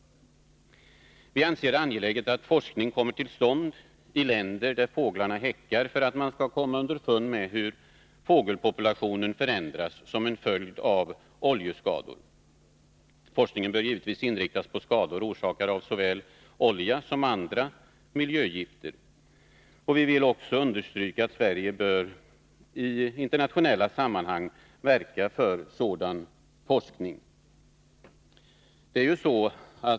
Vi anser att det är angeläget att forskning kommer till stånd i länder där fåglarna häckar för att vi skall komma underfund med hur fåglarnas population förändras som en följd av oljeskador. Forskningen bör givetvis inriktas på skador orsakade av såväl olja som andra miljögifter. Vi vill också understryka att Sverige i internationella sammanhang bör verka för sådan forskning.